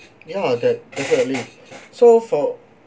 you know ah that definitely so for